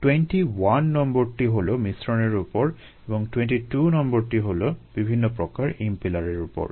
21 নম্বরটি হলো মিশ্রণের উপর আর 22 নম্বরটি হলো বিভিন্ন প্রকার ইমপেলার এর উপর